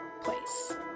place